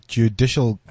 judicial